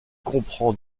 comprend